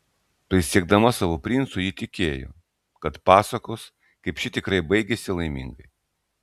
prisiekdama savo princui ji tikėjo kad pasakos kaip ši tikrai baigiasi laimingai